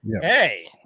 hey